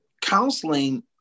counseling